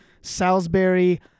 Salisbury